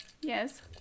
Yes